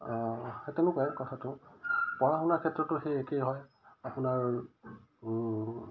সেই তেনেকুৱাই কথাটো পঢ়া শুনাৰ ক্ষেত্ৰতো সেই একেই হয় আপোনাৰ